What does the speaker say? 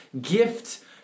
gift